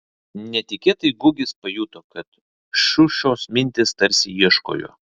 netikėtai gugis pajuto kad šiušos mintys tarsi ieško jo